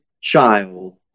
child